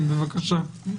בבקשה.